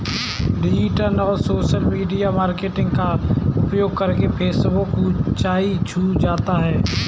digital और social media marketing का प्रयोग करके फेसबुक ऊंचाई छू रहा है